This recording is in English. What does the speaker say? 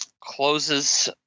closes